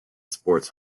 sports